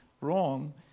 wrong